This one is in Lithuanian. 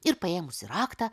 ir paėmusi raktą